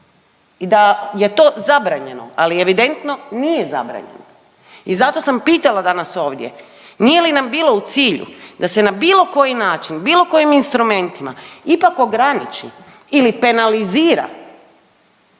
i da je to zabranjeno, ali evidentno nije zabranjeno. I zato sam pitala danas ovdje, nije li nam bilo u cilju da se na bilo koji način, bilo kojim instrumentima ipak ograniči ili penalizira